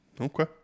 Okay